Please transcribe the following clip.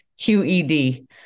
QED